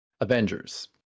avengers